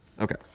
Okay